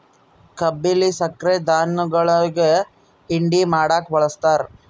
ಕಬ್ಬಿಲ್ಲಿ ಸಕ್ರೆ ಧನುಗುಳಿಗಿ ಹಿಂಡಿ ಮಾಡಕ ಬಳಸ್ತಾರ